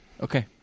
Okay